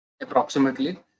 approximately